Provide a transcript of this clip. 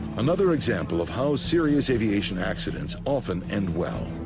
another example of how serious aviation accidents often end well.